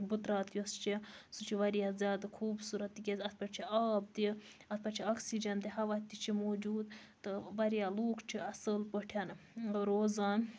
بُترات یۄس چھِ سۄ چھِ واریاہ زیادٕ خوٗبصورَت تکیازِ اتھ پٮ۪ٹھ چھُ آب تہِ اتھ پٮ۪ٹھ چھ آکسِجَن تہِ ہَوا تہِ چھ موٗجود تہٕ واریاہ لُکھ چھِ اصٕل پٲٹھۍ روزان